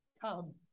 Come